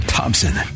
Thompson